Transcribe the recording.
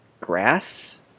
grass